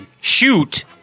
shoot